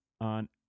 on